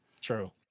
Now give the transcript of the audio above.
true